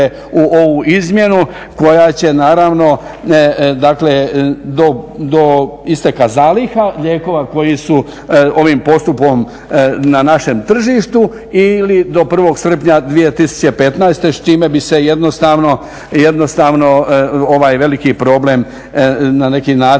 u ovu izmjenu koja će do isteka zaliha lijekova koji su ovim postupkom na našem tržištu ili do 1.srpnja 2015.s čime bi se jednostavno ovaj veliki problem na neki način